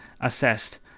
assessed